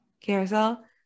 Carousel